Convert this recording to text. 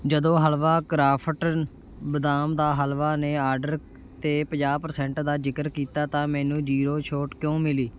ਜਦੋਂ ਹਲਵਾ ਕਰਾਫਟ ਬਦਾਮ ਦਾ ਹਲਵਾ ਨੇ ਆਡਰ ਤੇ ਪੰਜਾਹ ਪ੍ਰਸੈਂਟ ਦਾ ਜ਼ਿਕਰ ਕੀਤਾ ਤਾਂ ਮੈਨੂੰ ਜੀਰੋ ਛੋਟ ਕਿਉਂ ਮਿਲੀ